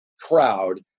crowd